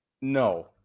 No